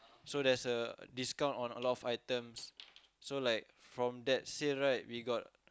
so there's a discount on a lot of items so like from that sale right we got